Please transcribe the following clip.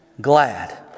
glad